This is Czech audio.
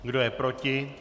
Kdo je proti?